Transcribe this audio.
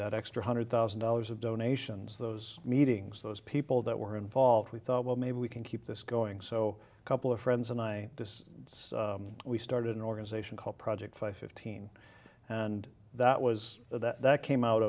that extra hundred thousand dollars of donations those meetings those people that were involved we thought well maybe we can keep this going so a couple of friends and i just we started an organization called project five fifteen and that was that came out